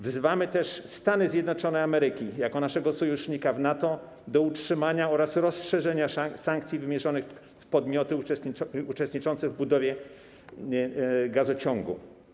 Wzywamy też Stany Zjednoczone Ameryki jako naszego sojusznika w NATO do utrzymania oraz rozszerzenia sankcji wymierzonych w podmioty uczestniczące w budowie gazociągu.